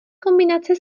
kombinace